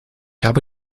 habe